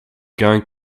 going